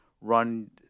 run